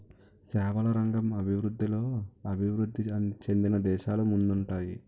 సేవల రంగం అభివృద్ధిలో అభివృద్ధి చెందిన దేశాలు ముందుంటాయి